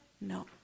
No